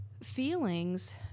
Feelings